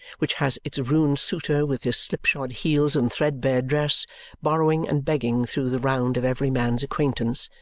which has its ruined suitor with his slipshod heels and threadbare dress borrowing and begging through the round of every man's acquaintance,